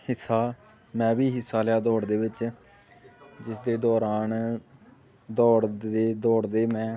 ਹਿੱਸਾ ਮੈਂ ਵੀ ਹਿੱਸਾ ਲਿਆ ਦੌੜ ਦੇ ਵਿੱਚ ਜਿਸ ਦੇ ਦੌਰਾਨ ਦੌੜਦ ਦੇ ਦੌੜਦੇ ਮੈਂ